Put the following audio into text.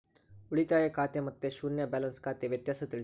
ಉಳಿತಾಯ ಖಾತೆ ಮತ್ತೆ ಶೂನ್ಯ ಬ್ಯಾಲೆನ್ಸ್ ಖಾತೆ ವ್ಯತ್ಯಾಸ ತಿಳಿಸಿ?